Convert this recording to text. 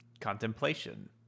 contemplation